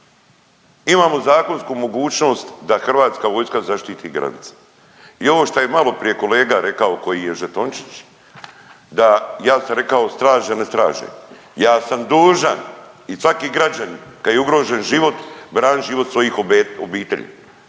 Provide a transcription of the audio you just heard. Imamo zakonsku mogućnost da Hrvatska vojska zaštiti granice i ovo što je malo prije kolega rekao koji je žetončić, da ja sam rekao …/Govornik se ne razumije./… Ja sam dužan i svaki građanin kad je ugrožen život branit život svojih obitelji,